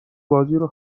بازیرو